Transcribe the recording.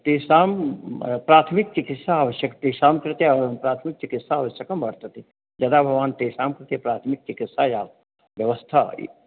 तेषां प्राथमिकचिकित्सा आवश्यकी तेषां कृते प्राथमिकचिकित्सा आवश्यकी वर्तते यदा भवान् तेषां कृते प्राथमिकचिकित्सायाः व्यवस्था